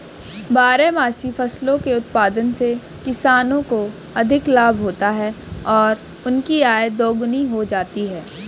बारहमासी फसलों के उत्पादन से किसानों को अधिक लाभ होता है और उनकी आय दोगुनी हो जाती है